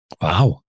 Wow